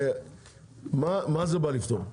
מה זה בא לפתור?